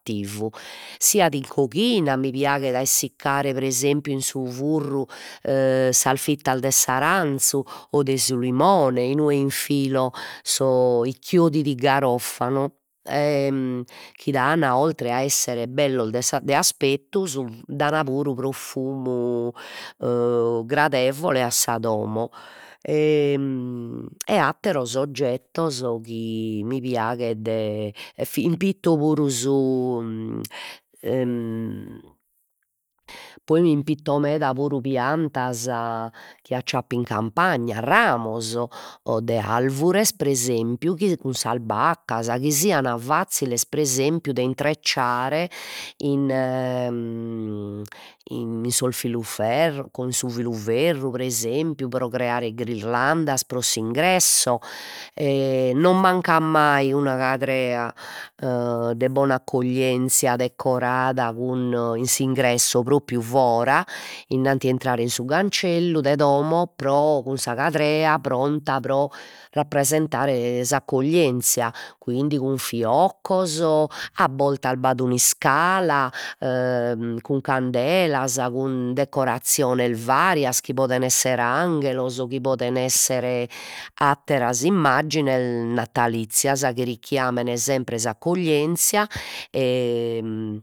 Tivu siat in coghina mi piaghet a essicare pre esempiu in su furru e sas fittas de s'aranzu, o de su limone, inue infilo so i fiori di garofano e chi dan oltre a esser bellos de sa de aspettu, su dan puru profumu gradevole a sa domo e e atteros oggettos chi mi piaghet e impitto puru su poi m'impitto meda puru piantas chi acciappo in campagna, ramos o de alvures pre esempiu chi cun sas baccas, chi sian fazziles pre esempiu de intrizzare in in in sos filuferros, cun su filuferru pre esempiu, pro creare ghirlandas pro s'ingressu e non manca mai una cadrea de bona accoglienzia decorada cun in s'ingressu propriu fora, innanti 'e intrare in su cancellu de domo pro cun sa cadrea pronta pro rappresentare e s'accoglienzia, quindi cun fioccos, a bortas b'at un'iscala e cun candelas, cun decoraziones varias chi poden esser anghelos, chi poten esser atteras immaggines natalizzias chi sempre s'accoglienzia e